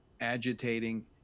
agitating